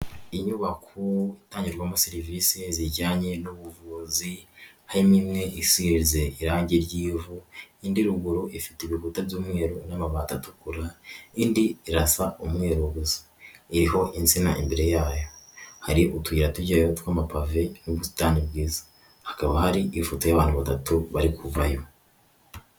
Inyubako itangirwamo serivise zijyanye n'ubuvuzi harimo imwe isize irange ry'ivu, indi ruguru ifite ibikuta by'umweru n'amabati atukura, indi irasa umweru gusa iriho insina imbere yayo. Hari utuyira tujyayo tw'amapave n'ubusitani bwiza. Hakaba hari n'ifoto y'abantu batatu bari kuvayo.